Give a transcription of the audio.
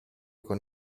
con